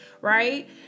right